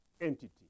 entity